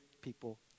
people